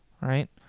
right